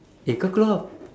eh kau keluar